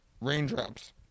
Raindrops